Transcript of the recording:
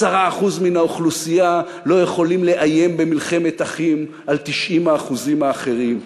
10% מן האוכלוסייה לא יכולים לאיים במלחמת אחים על 90% האחרים.